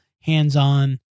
hands-on